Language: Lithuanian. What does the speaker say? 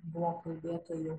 buvo kalbėtojų